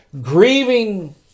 grieving